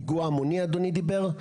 פיגוע המוני אדוני דיבר,